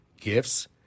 gifts